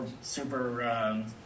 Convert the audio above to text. super